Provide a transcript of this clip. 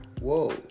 Whoa